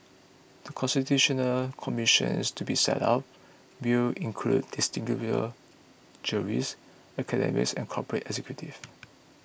The Constitutional Commission is to be set up will include distinguished jurists academics and corporate executives